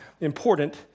important